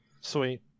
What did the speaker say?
Sweet